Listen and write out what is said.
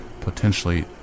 potentially